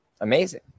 amazing